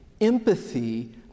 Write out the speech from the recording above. Empathy